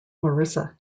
marissa